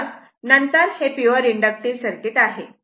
तर नंतर pure inductive circuit आहे